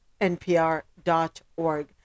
NPR.org